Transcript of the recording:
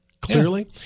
clearly